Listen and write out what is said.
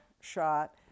shot